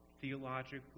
theologically